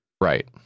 right